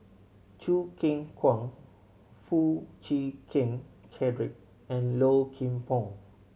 Choo Keng Kwang Foo Chee Keng Cedric and Low Kim Pong